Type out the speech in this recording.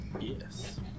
Yes